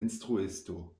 instruisto